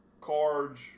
cards